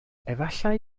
efallai